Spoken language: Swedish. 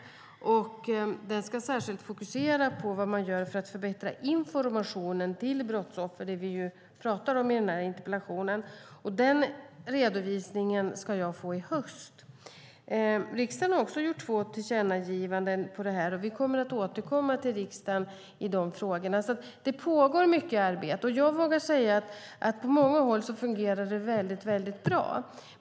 Redovisningen, som jag kommer att få i höst, ska särskilt fokusera på vad man gör för att förbättra informationen till brottsoffer, såsom avses i interpellationen. Riksdagen har också gjort två tillkännagivanden om detta, och vi kommer att återkomma till riksdagen i de frågorna. Det pågår mycket arbete, och jag vågar säga att på många håll fungerar det väldigt bra.